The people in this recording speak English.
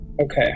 Okay